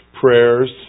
prayers